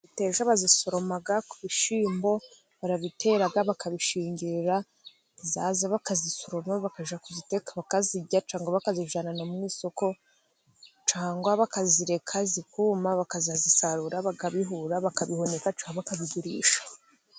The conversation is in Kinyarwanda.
Imiteja bayisoroma ku bishyimbo, barabitera bakabishingirira, yaza bakayisuroma bakajya kuyiteka bakayirya cyangwa bakazijyana mu isoko, cyangwa bakayireka ikuma bakazayisarura, bakabihura bakabihunika cyangwa bakabigurisha.